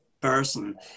person